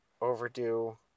overdue